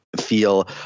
feel